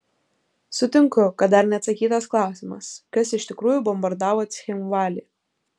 sutinku kad dar neatsakytas klausimas kas iš tikrųjų bombardavo cchinvalį